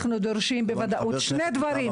אנחנו דורשים שני דברים.